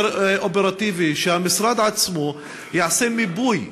יותר אופרטיבי: שהמשרד עצמו יעשה מיפוי,